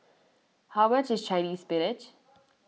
how much is Chinese Spinach